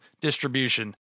distribution